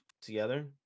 together